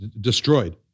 destroyed